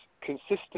consistent